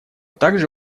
также